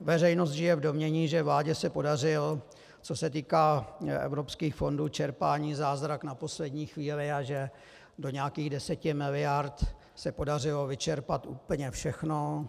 veřejnost žije v domnění, že vládě se podařil, co se týká evropských fondů, čerpání, zázrak na poslední chvíli a že do nějakých deseti miliard se podařilo vyčerpat úplně všechno.